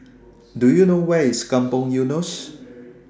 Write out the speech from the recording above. Do YOU know Where IS Kampong Eunos